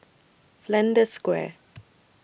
Flanders Square